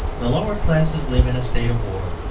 the lower classes live in a state of war,